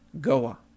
Goa